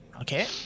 Okay